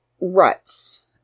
ruts